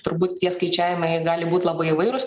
turbūt tie skaičiavimai gali būt labai įvairūs